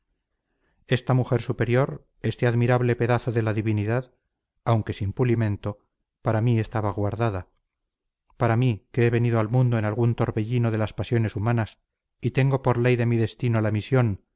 esta mujer superior este admirable pedazo de la divinidad aunque sin pulimento para mí estaba guardada para mí que he venido al mundo en algún torbellino de las pasiones humanas y tengo por ley de mi destino la misión